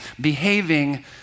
behaving